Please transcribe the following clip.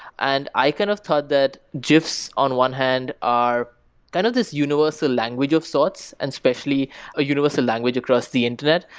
and i kind of thought that gifs on one hand are kind of universal language of sorts, and especially a universal language across the internet,